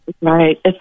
right